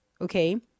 okay